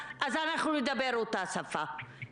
אז נדבר את אותה שפה.